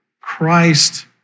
Christ